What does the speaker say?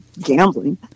gambling